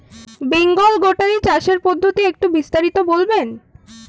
Bengal goatery চাষের পদ্ধতি একটু বিস্তারিত বলবেন?